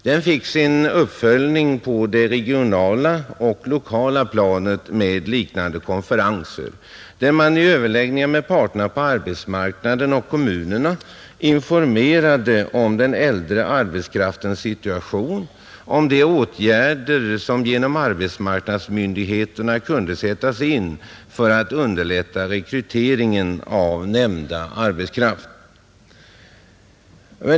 Den fick sin uppföljning på det regionala och det lokala planet med liknande konferenser där man i överläggningar med parterna på arbetsmarknaden och kommunerna informerade om den äldre arbetskraftens situation och om de åtgärder som genom arbetsmarknadsmyndigheterna kunde sättas in för att underlätta rekrytering av nämnda arbetskraft.